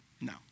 No